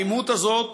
האלימות הזאת